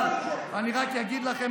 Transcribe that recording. אבל אני רק אגיד לכם,